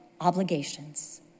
obligations